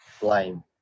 blame